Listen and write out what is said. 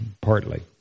partly